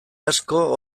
asko